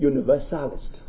Universalist